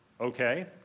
okay